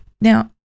now